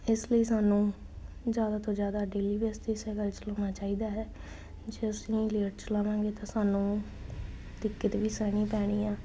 ਇਸ ਲਈ ਸਾਨੂੰ ਜ਼ਿਆਦਾ ਤੋਂ ਜ਼ਿਆਦਾ ਡੇਲੀ ਬੇਸ 'ਤੇ ਹੀ ਸਾਇਕਲ ਚਲਾਉਣਾ ਚਾਹੀਦਾ ਹੈ ਜੇ ਅਸੀਂ ਲੇਟ ਚਲਾਵਾਂਗੇ ਤਾਂ ਸਾਨੂੰ ਦਿੱਕਤ ਵੀ ਸਹਿਣੀ ਪੈਣੀ ਹੈ